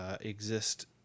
exist